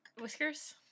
Whiskers